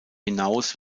hinaus